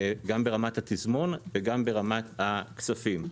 גם ברמת התזמון, וגם ברמת הכספים.